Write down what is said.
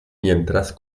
mientras